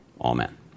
amen